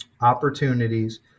opportunities